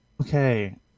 Okay